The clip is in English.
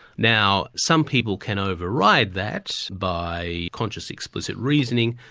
now, some people can over-ride that by conscious explicit reasoning,